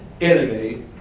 enemy